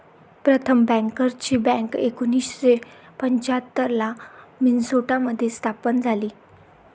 प्रथम बँकर्सची बँक एकोणीसशे पंच्याहत्तर ला मिन्सोटा मध्ये स्थापन झाली